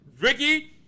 Ricky